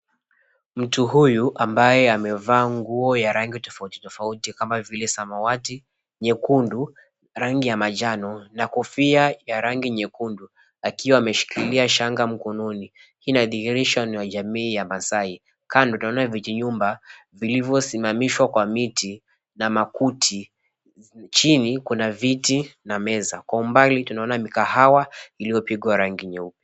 Mtu huyu ambaye amevaa nguo ya rangi tofauti tofauti kama vile samawati, nyekundu, rangi ya majano na kofia ya rangi nyekundu akiwa ameshikilia shanga mkononi. Hii inadhihirisha ni wa jamii ya maasai. Kando tunaona vijinyumba vilivyosimamishwa kwa miti na makuti. Chini kuna viti na meza. Kwa umbali tunaona mikahawa iliyopigwa rangi nyeupe.